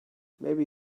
maybe